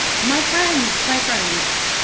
my friends, my friends.